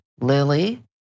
Lily